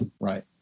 right